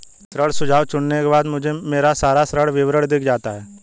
ऋण सुझाव चुनने के बाद मुझे मेरा सारा ऋण विवरण दिख जाता है